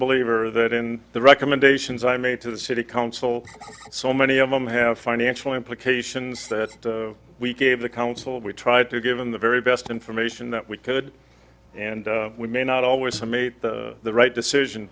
believer that in the recommendations i made to the city council so many of them have financial implications that we gave the council we tried to given the very best information that we could and we may not always made the right decision